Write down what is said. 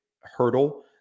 hurdle